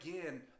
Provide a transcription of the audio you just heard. again